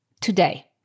today